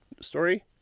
story